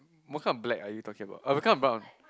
what kind of black are you talking about uh what kind of brown